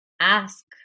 ask